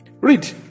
Read